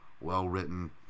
well-written